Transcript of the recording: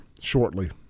shortly